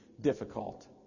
difficult